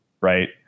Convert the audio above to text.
right